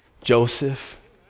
Joseph